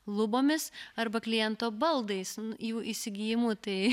lubomis arba kliento baldais jų įsigijimu tai